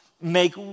make